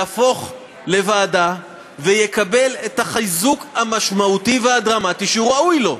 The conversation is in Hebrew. יהפוך לוועדה ויקבל את החיזוק המשמעותי והדרמטי שהוא ראוי לו.